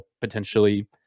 potentially